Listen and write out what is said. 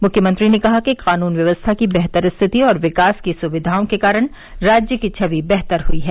मुख्यमंत्री ने कहा कि कानून व्यवस्था की बेहतर स्थिति और विकास की सुविधाओं के कारण राज्य की छवि बेहतर हुई है